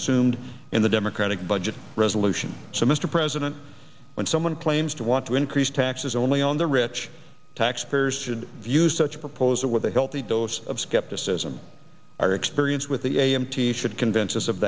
assumed in the democratic budget resolution so mr president when someone claims to want to increase taxes only on the rich taxpayers should view such a proposal with a healthy dose of skepticism our experience with the a m t should convince us of